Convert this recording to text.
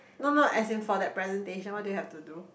no no as in for that presentation what do you have to do